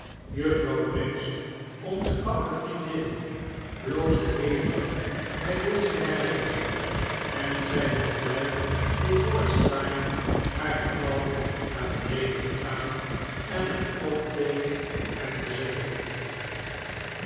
juffrouw briggs onze oude vriendin bloosde hevig bij deze herinnering en zij was blij toen lord steyne haar beval naar beneden te gaan en een kop thee voor hem te zetten